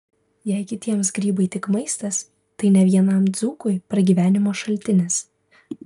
jei kitiems grybai tik maistas tai ne vienam dzūkui pragyvenimo šaltinis